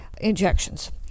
injections